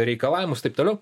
reikalavimus taip toliau